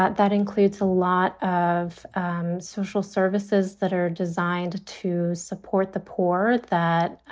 that that includes a lot of social services that are designed to support the poor that,